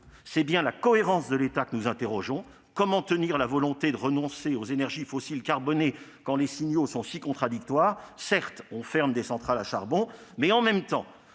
C'est bien la cohérence de l'État que nous interrogeons : comment tenir la volonté de renoncer aux énergies fossiles carbonées quand les signaux sont si contradictoires ? Certes, on ferme des centrales à charbon, mais, en même temps,